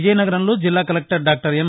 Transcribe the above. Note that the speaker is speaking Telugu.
విజయనగరంలో జిల్లా కలెక్టర్ డాక్టర్ ఎం